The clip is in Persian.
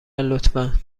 لطفا